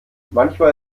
manchmal